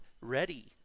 ready